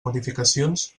modificacions